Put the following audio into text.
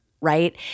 right